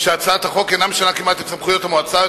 שהצעת החוק כמעט אינה משנה את סמכויות המועצה,